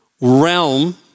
realm